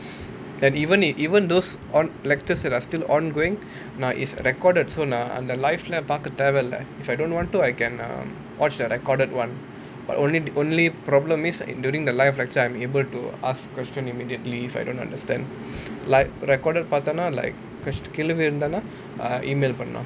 and even if even those on lectures that are still ongoing now it's recorded so uh on the live பாக்க தேவில்ல:paakka thaevilla if I don't want to I can um watch the recorded [one] but only only problem is during live lecture I'm able to ask question immediately if I don't understand like recorded பாத்தேனா:paathaenaa like கேள்வி எழுந்தேனா:kelvi elunthaenaa email பண்லாம்:panlaam